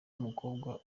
mukobwa